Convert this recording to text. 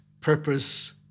purpose